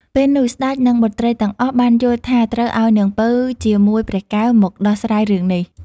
ពេលនោះស្ដេចនិងបុត្រីទាំងអស់បានយល់ថាត្រូវឲ្យនាងពៅជាមួយព្រះកែវ មកដោះស្រាយរឿងនេះ។